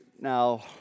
now